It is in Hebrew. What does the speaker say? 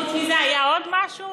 חוץ מזה היה עוד משהו?